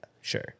sure